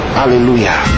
hallelujah